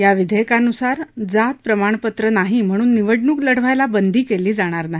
या विधेयकानुसार जात प्रमाणपत्र नाही म्हणून निवडणूक लढवायला बंदी केली जाणार नाही